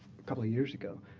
a couple of years ago.